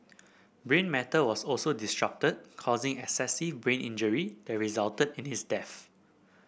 brain matter was also disrupted causing excessive brain injury that resulted in his death